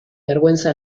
vergüenza